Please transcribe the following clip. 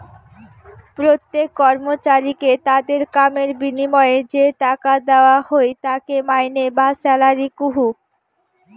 প্রত্যেক কর্মচারীকে তাদের কামের বিনিময়ে যে টাকা দেওয়া হই তাকে মাইনে বা স্যালারি কহু